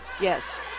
Yes